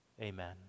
Amen